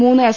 മൂന്ന് എസ്